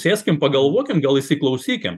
sėskim pagalvokim gal įsiklausykim